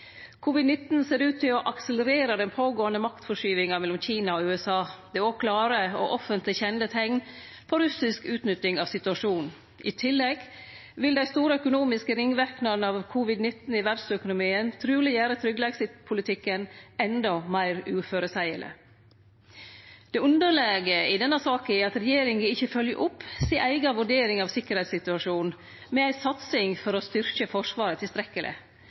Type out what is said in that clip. ser ut til å akselerere den pågåande maktforskyvinga mellom Kina og USA. Det er òg klare og offentleg kjende teikn på russisk utnytting av situasjonen. I tillegg vil dei store økonomiske ringverknadene av covid-19 i verdsøkonomien truleg gjere tryggleikspolitikken endå mindre føreseieleg. Det underlege i denne saka er at regjeringa ikkje fylgjer opp si eiga vurdering av tryggleikssituasjonen med ei satsing for å styrkje Forsvaret tilstrekkeleg.